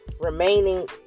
Remaining